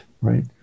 right